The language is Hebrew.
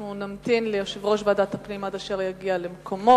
אנחנו נמתין ליושב-ראש ועדת הפנים עד אשר יגיע למקומו,